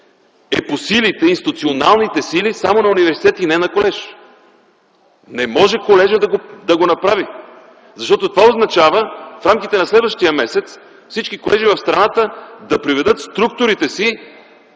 е по институционалните сили само на университет и не на колеж. Не може колежът да го направи. Защото това означава в рамките на следващия месец всички колежи в страната да приведат структурите си